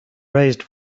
raised